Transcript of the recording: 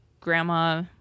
grandma